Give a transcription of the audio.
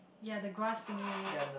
ya the grass thingy right